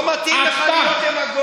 לא מתאים לך להיות דמגוג.